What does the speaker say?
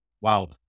wow